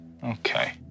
Okay